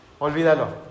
olvídalo